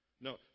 No